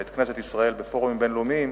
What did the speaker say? ואת כנסת ישראל בפורומים בין-לאומיים